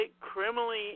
criminally